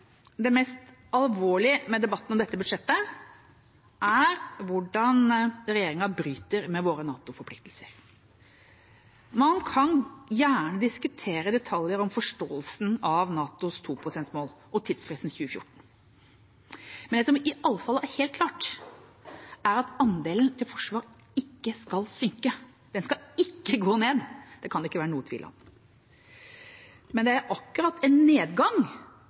Det mest alvorlige med debatten om dette budsjettet er hvordan regjeringa bryter med våre NATO-forpliktelser. Man kan gjerne diskutere detaljer om forståelsen av NATOs 2 pst.-mål og tidsfristen 2014. Men det som iallfall er helt klart, er at andelen til forsvar ikke skal synke, den skal ikke gå ned. Det kan det ikke være noen tvil om. Men det er akkurat en nedgang